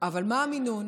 אבל מה המינון?